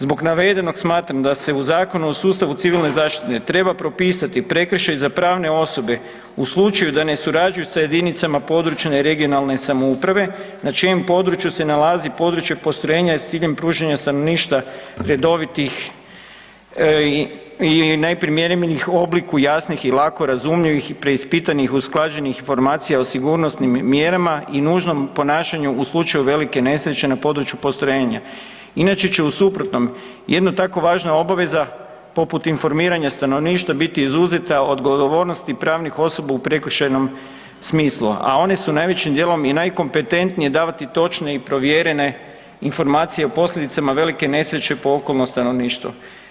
Zbog navedenog smatram da se u Zakonu o sustavu civilne zaštite treba propisati prekršaj za pravne osobe u slučaju da ne surađuju sa jedinicama područne (regionalne) samouprave na čijem području se nalazi područje postrojenja s ciljem pružanja stanovništvu redovitih i primjerenih obliku jasnih, lako razumljivih, preispitanih informacija o sigurnosnim mjerama i nužnom ponašanju u slučaju velike nesreće na području postrojenja inače će u suprotnom jedna tako važna obaveza poput informiranja stanovništva biti izuzeta od odgovornosti pravnih osoba u prekršajnim smislu a one su najvećim dijelom i najkompetentnije davati točne i provjerene informacije o posljedicama velike nesreće po okolno stanovništvo.